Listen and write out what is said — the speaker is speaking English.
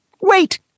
Wait